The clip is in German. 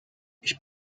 ich